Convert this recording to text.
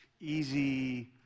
Easy